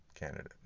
candidate